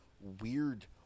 weird